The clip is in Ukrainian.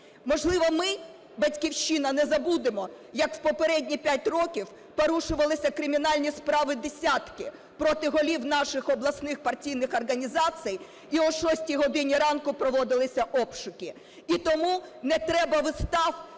Можливо, ми – "Батьківщина" – не забудемо, як у попередні п'ять років порушувалися кримінальні справи десятки проти голів наших обласних партійних організацій, і о шостій годині ранку проводилися обшуки. І тому не треба вистав,